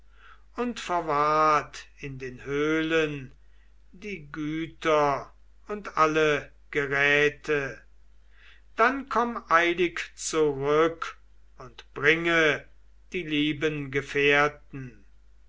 und verwahrt in den höhlen die güter und alle geräte dann komm eilig zurück und bringe die lieben gefährten